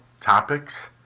topics